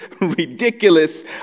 ridiculous